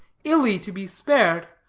illy to be spared,